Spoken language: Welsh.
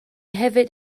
hefyd